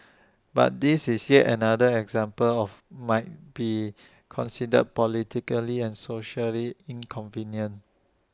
but this is yet another example of might be considered politically and socially inconvenient